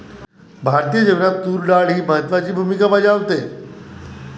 भारतीय जेवणात तूर डाळ ही महत्त्वाची भूमिका बजावते